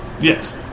Yes